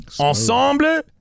Ensemble